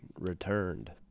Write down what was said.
returned